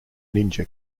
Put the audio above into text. ninja